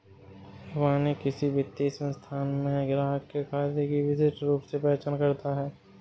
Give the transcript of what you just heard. इबानी किसी वित्तीय संस्थान में ग्राहक के खाते की विशिष्ट रूप से पहचान करता है